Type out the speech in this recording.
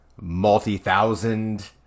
multi-thousand